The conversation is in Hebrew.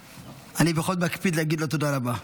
אני בכל זאת מקפיד להגיד לו "תודה רבה".